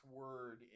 word